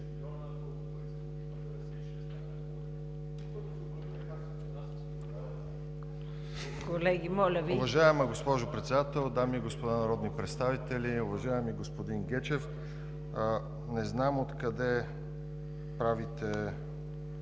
Колеги, моля Ви!